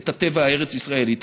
את הטבע הארץ ישראלי,